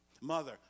mother